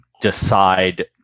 decide